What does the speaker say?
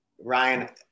Ryan